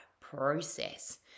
process